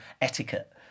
etiquette